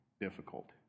difficult